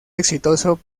exitoso